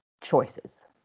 choices